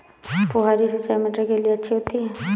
फुहारी सिंचाई मटर के लिए अच्छी होती है?